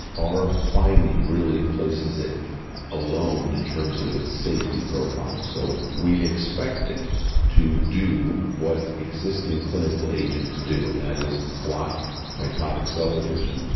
our finding really places it alone in terms of its safety profile. so we expect it to do what existing clinical agents do, and that is block mitotic cell division.